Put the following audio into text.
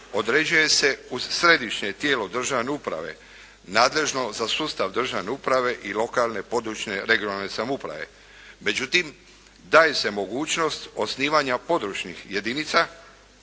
određuje se uz Središnje tijelo državne uprave nadležno za sustav državne uprave i lokalne, područne (regionalne) samouprave. Međutim, daje se mogućnost osnivanja područnih jedinica